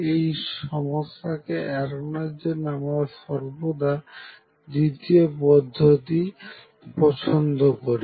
এই সমস্যাকে এড়ানোর জন্য আমরা সর্বদা দ্বিতীয় পদ্ধতিটিকে পছন্দ করি